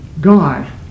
God